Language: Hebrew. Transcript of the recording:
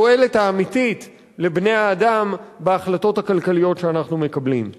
התועלת האמיתית לבני-האדם בהחלטות הכלכליות שאנחנו מקבלים.